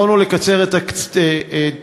יכולנו לקצר את הדרך,